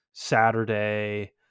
Saturday